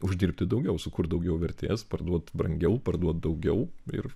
uždirbti daugiau sukurt daugiau vertės parduot brangiau parduot daugiau ir